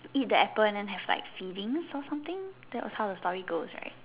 eat the apple and then have like feelings or something that was how the story goes right